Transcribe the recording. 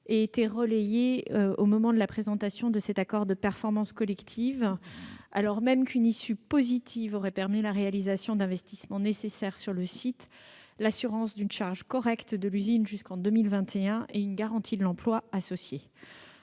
aient été relayées au moment de la présentation de cet accord de performance collective, alors même qu'une issue positive aurait permis la réalisation d'investissements nécessaires sur le site, l'assurance d'une charge correcte de l'usine jusqu'en 2021 et une garantie de l'emploi associée.